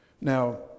Now